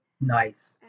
Nice